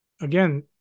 again